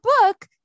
book